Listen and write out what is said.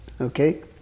Okay